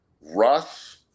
Russ